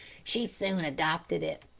she soon adopted it.